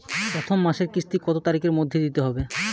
প্রথম মাসের কিস্তি কত তারিখের মধ্যেই দিতে হবে?